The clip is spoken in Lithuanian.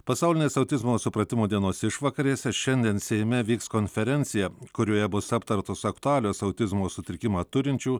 pasaulinės autizmo supratimo dienos išvakarėse šiandien seime vyks konferencija kurioje bus aptartos aktualios autizmo sutrikimą turinčių